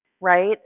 right